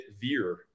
veer